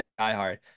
diehard